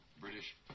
British